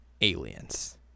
aliens